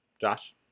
Josh